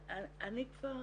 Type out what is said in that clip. אני כבר